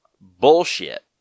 Bullshit